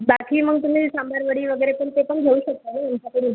बाकी मग तुम्ही सांबार वडी वगैरे पण ते पण घेऊ शकता ना आमच्याकडून